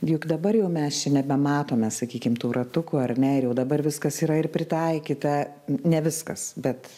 juk dabar jau mes čia nebematome sakykim tų ratukų ar ne ir jau dabar viskas yra ir pritaikyta ne viskas bet